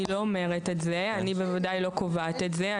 אני לא אומרת את זה, אני בוודאי לא קובעת את זה.